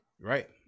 Right